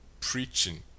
preaching